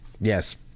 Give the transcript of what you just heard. Yes